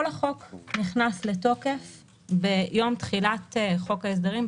כל החוק נכנס לתוקף ביום תחילת חוק ההסדרים,